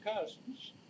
cousins